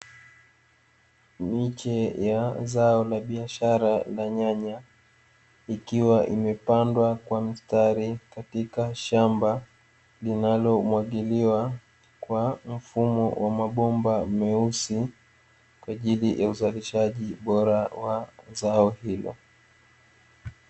Miche ya zao la biashara la nyanya likiwa limepandwa kwa mstari katika shamba, linalomwagiliwa kwa mfumo wa mabomba meusi kwa ajili ya uzalishaji bora wa zao hilo.